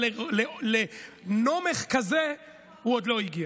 אבל לנומך כזה הוא עדיין לא הגיע,